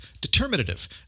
determinative